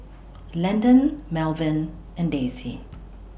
Landen Melvyn and Daisie